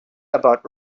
about